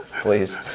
please